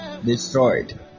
destroyed